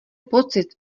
pocit